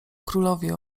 królowie